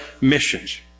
missions